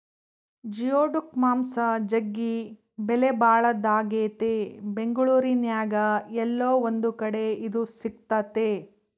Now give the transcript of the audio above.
geoduck ಮಾಂಸ ಜಗ್ಗಿ ಬೆಲೆಬಾಳದಾಗೆತೆ ಬೆಂಗಳೂರಿನ್ಯಾಗ ಏಲ್ಲೊ ಒಂದು ಕಡೆ ಇದು ಸಿಕ್ತತೆ